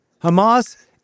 Hamas